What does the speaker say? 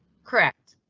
correct?